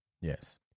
Yes